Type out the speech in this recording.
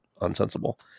unsensible